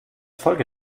folge